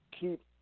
keep